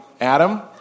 Adam